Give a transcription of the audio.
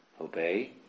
obey